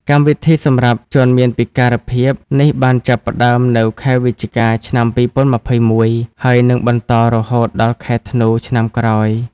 កម្មវិធីសម្រាប់ជនមានពិការភាពនេះបានចាប់ផ្តើមនៅខែវិច្ឆិកា ឆ្នាំ ២០២១ ហើយនឹងបន្តរហូតដល់ខែធ្នូឆ្នាំក្រោយ។